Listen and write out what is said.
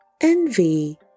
Envy